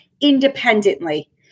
independently